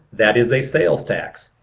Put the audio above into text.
that is a sales tax.